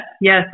Yes